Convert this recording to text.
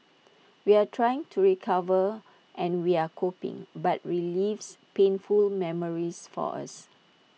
we're trying to recover and we're coping but relives painful memories for us